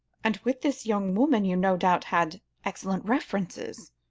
and with this young woman you no doubt had excellent references?